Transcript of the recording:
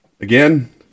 again